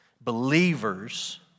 believers